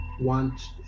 want